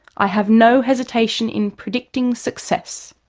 i have no hesitation in predicting success.